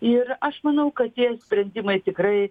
ir aš manau kad tie sprendimai tikrai